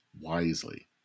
wisely